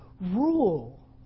rule